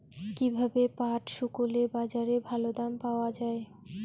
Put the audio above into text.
কীভাবে পাট শুকোলে বাজারে ভালো দাম পাওয়া য়ায়?